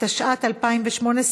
התשע"ט 2018,